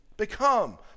Become